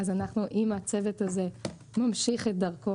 אם הצוות הזה ממשיך את דרכו,